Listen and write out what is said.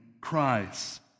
Christ